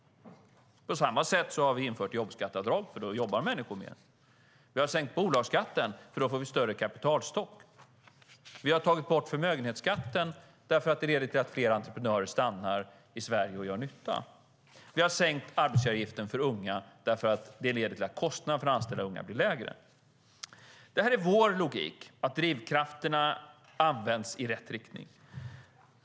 På samma sätt har vi infört jobbskatteavdrag eftersom människor jobbar mer då. Vi har sänkt bolagsskatten för att få större kapitalstock. Vi har tagit bort förmögenhetsskatten därför att det leder till att fler entreprenörer stannar i Sverige och gör nytta. Vi har sänkt arbetsgivaravgiften för unga därför att det leder till att kostnaden för att anställa unga blir lägre. Det här är vår logik så att drivkrafterna används i rätt riktning.